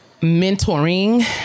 mentoring